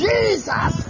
Jesus